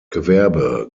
gewerbe